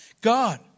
God